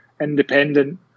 independent